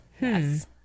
Yes